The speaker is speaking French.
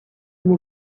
une